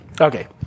Okay